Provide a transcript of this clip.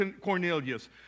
Cornelius